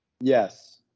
Yes